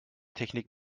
technik